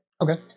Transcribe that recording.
Okay